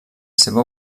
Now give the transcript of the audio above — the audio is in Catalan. seva